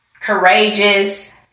courageous